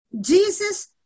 Jesus